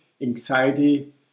anxiety